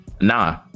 Nah